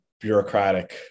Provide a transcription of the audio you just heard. bureaucratic